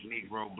Negro